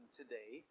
today